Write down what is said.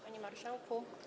Panie Marszałku!